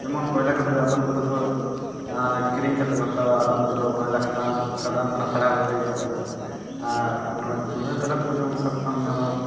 ᱡᱮᱢᱚᱱ ᱠᱚᱭᱞᱟ ᱠᱚᱫᱚ ᱟᱫᱚᱢ ᱠᱚᱫᱚᱠᱚ ᱠᱤᱨᱤᱧ ᱠᱟᱛᱮ ᱠᱚ ᱦᱟᱛᱟᱣᱟ ᱟᱫᱚᱢ ᱠᱚᱫᱚ ᱠᱚᱭᱞᱟ ᱠᱷᱟᱫᱟᱱ ᱠᱷᱚᱱᱟᱜ ᱛᱟᱲᱟᱣ ᱠᱟᱛᱮᱫ ᱮ ᱦᱤᱡᱩᱜᱼᱟ ᱟᱨ ᱱᱚᱣᱟ ᱪᱩᱞᱦᱟᱹ ᱛᱟᱞᱟᱛᱮᱫᱚ ᱡᱮᱢᱚᱱ ᱥᱟᱵ ᱠᱟᱜ ᱢᱮ ᱧᱟᱢᱟ